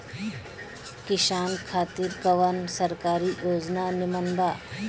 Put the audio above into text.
किसान खातिर कवन सरकारी योजना नीमन बा?